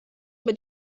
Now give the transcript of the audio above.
mit